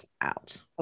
out